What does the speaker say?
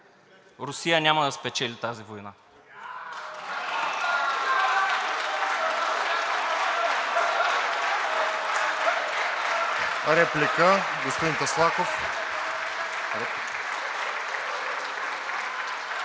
Русия няма да спечели тази война.